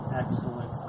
excellent